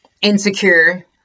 Insecure